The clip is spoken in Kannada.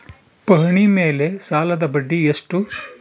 ಪಹಣಿ ಮೇಲೆ ಸಾಲದ ಬಡ್ಡಿ ಎಷ್ಟು?